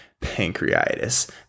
pancreatitis